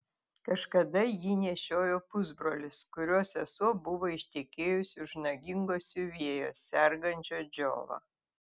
kažkada jį nešiojo pusbrolis kurio sesuo buvo ištekėjusi už nagingo siuvėjo sergančio džiova